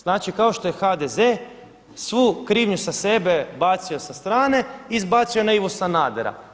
Znači kao što je HDZ, svu krivnju sa sebe bacio sa strane i izbacio na Ivu Sanadera.